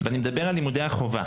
ואני מדבר על לימודי החובה